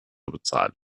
bezahlt